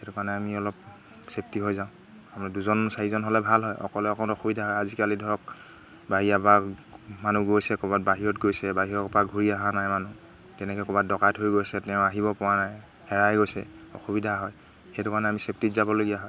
সেইটো কাৰণে আমি অলপ ছেফটি হৈ যাওঁ আমাৰ দুজন চাৰিজন হ'লে ভাল হয় অকলে অকণ অসুবিধা হয় আজিকালি ধৰক বাহিৰা বা মানুহ গৈছে ক'ৰবাত বাহিৰত গৈছে বাহিৰৰপৰা ঘূৰি অহা নাই মানুহ তেনেকৈ ক'ৰবাত ডকাইত হৈ গৈছে তেওঁ আহিব পৰা নাই হেৰাই গৈছে অসুবিধা হয় সেইটো কাৰণে আমি চেফটিত যাবলগীয়া হয়